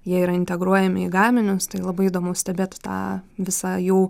jie yra integruojami į gaminius tai labai įdomu stebėt tą visą jų